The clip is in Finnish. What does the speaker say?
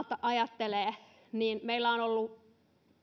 ajattelee niin meillä on ollut